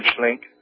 link